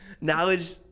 knowledge